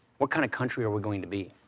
what kind of country are we going to be?